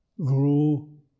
grew